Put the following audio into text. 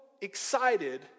excited